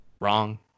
Wrong